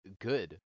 good